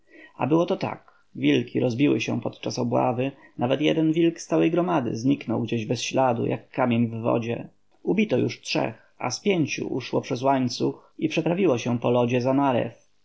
było to tak wilki rozbiły się podczas obławy nawet jeden wilk z całej gromady zniknął gdzieś bez śladu jak kamień w wodzie ubito już trzech a z pięciu uszło przez łańcuch i przeprawiło się po lodzie za